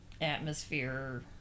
atmosphere